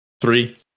Three